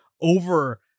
over